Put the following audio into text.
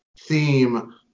theme